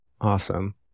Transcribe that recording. Awesome